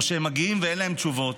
או שהם מגיעים ואין להם תשובות,